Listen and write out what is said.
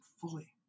fully